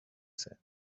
sand